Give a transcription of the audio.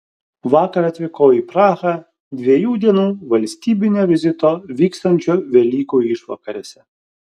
vakar atvykau į prahą dviejų dienų valstybinio vizito vykstančio velykų išvakarėse